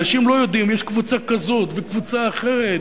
אנשים לא יודעים, יש קבוצה כזאת וקבוצה אחרת.